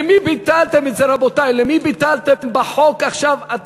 למי ביטלתם את זה, רבותי?